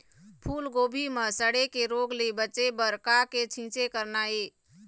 फूलगोभी म सड़े के रोग ले बचे बर का के छींचे करना ये?